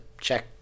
check